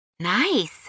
Nice